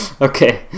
Okay